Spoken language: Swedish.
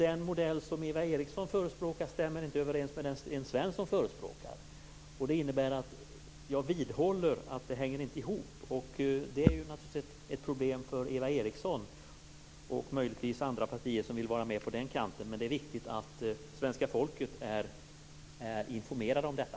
Den modell som Eva Eriksson förespråkar stämmer inte överens med den som Sten Jag vidhåller att detta inte hänger ihop. Det är naturligtvis ett problem för Eva Eriksson och möjligtvis för andra partier som vill vara med på den kanten, men det är viktigt att svenska folket är informerat om detta.